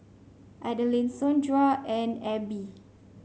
Adaline Saundra and Ebbie